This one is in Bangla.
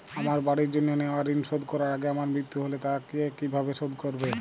আমার বাড়ির জন্য নেওয়া ঋণ শোধ করার আগে আমার মৃত্যু হলে তা কে কিভাবে শোধ করবে?